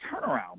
turnaround